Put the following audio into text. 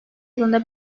yılında